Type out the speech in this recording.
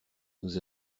nous